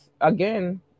again